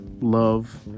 Love